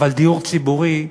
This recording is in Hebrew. אבל דיור ציבורי,